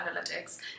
Analytics